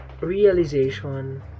Realization